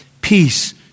Peace